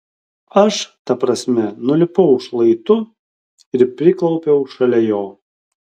aš ta prasme nulipau šlaitu ir priklaupiau šalia jo